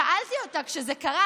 שאלתי אותה: כשזה קרה,